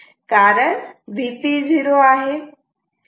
कारण Vp 0 आहे